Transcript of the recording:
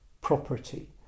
property